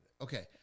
Okay